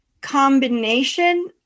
combination